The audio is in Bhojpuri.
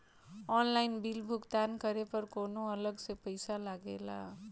ऑनलाइन बिल भुगतान करे पर कौनो अलग से पईसा लगेला?